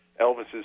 Elvis's